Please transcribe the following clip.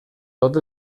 tots